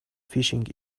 fishing